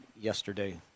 yesterday